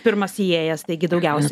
pirmas įėjęs taigi daugiausia